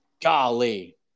Golly